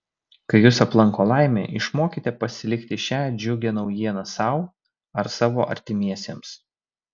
kai jus aplanko laimė išmokite pasilikti šią džiugią naujieną sau ar savo artimiesiems